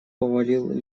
повалил